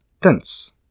tense